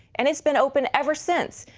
and it has been open ever since.